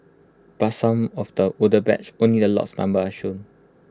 but some of the older batches only the lot numbers are shown